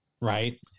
Right